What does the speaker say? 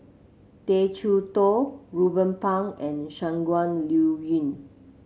Tay Chee Toh Ruben Pang and Shangguan Liuyun